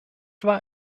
war